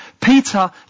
Peter